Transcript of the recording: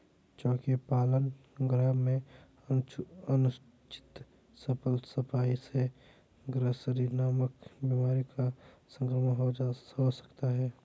चोकी पालन गृह में अनुचित साफ सफाई से ग्रॉसरी नामक बीमारी का संक्रमण हो सकता है